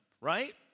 right